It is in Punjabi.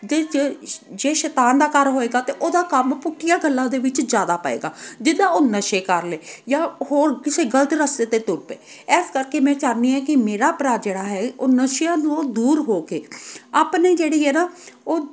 ਜੇ ਜੇ ਜੇ ਸ਼ੈਤਾਨ ਦਾ ਘਰ ਹੋਵੇਗਾ ਤਾਂ ਉਹਦਾ ਕੰਮ ਪੁੱਠੀਆਂ ਗੱਲਾਂ ਦੇ ਵਿੱਚ ਜ਼ਿਆਦਾ ਪਵੇਗਾ ਜਿੱਦਾਂ ਉਹ ਨਸ਼ੇ ਕਰ ਲਏ ਜਾਂ ਹੋਰ ਕਿਸੇ ਗਲਤ ਰਸਤੇ 'ਤੇ ਤੁਰ ਪਏ ਇਸ ਕਰਕੇ ਮੈਂ ਚਾਹੁੰਦੀ ਹਾਂ ਕਿ ਮੇਰਾ ਭਰਾ ਜਿਹੜਾ ਹੈ ਉਹ ਨਸ਼ਿਆਂ ਨੂੰ ਦੂਰ ਹੋ ਕੇ ਆਪਣੇ ਜਿਹੜੀ ਹੈ ਨਾ ਉਹ